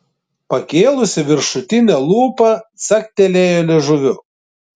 pakėlusi viršutinę lūpą caktelėjo liežuviu